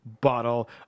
bottle